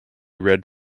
red